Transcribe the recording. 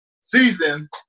season